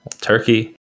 Turkey